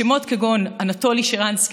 שמות כגון אנטולי שרנסקי,